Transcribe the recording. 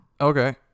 okay